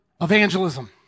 evangelism